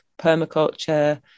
permaculture